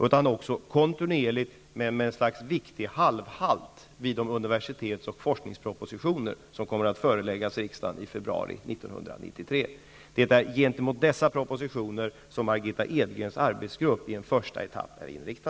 utan också kontinuerligt med ett slags viktig halvhalt vid de universitets och forskningspropositioner som kommer att föreläggas riksdagen i februari 1993. Det är gentemot dessa propositioner Margitta Edgrens arbetsgrupp i en första etapp är inriktad.